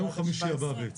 יום כ"ד בתשרי התשפ"ב (30